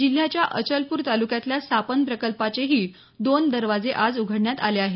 जिल्ह्याच्या अचलपूर तालुक्यातल्या सापन प्रकल्पाचेही दोन दरवाजे आज उघडण्यात आले आहेत